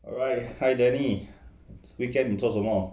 alright hi danny weekend 你做什么